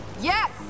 Yes